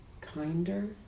kinder